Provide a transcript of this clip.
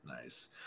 Nice